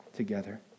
Together